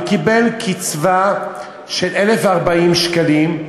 והוא קיבל קצבה של 1,040 שקלים.